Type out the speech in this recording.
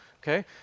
Okay